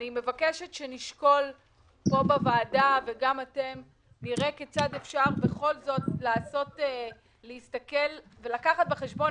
אני מבקשת שנשקול פה בוועדה ונראה כיצד אפשר בכל זאת לקחת בחשבון